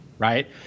right